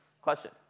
Question